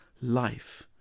life